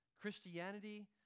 Christianity